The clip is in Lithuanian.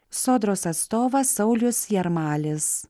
sodros atstovas saulius jarmalis